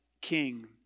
King